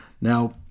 Now